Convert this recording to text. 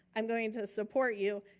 i'm going to support you,